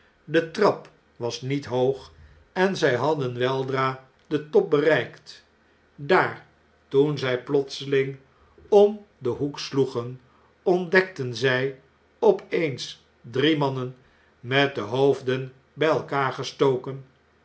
de trap was niet hoog en zij hadden weldra den top bereikt daar toen zjj plotseling om den hoek sloegen ontdekten zn op eens drie mannen met de hoofden bjj elkaar gestoken